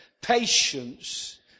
patience